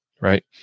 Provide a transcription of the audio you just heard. right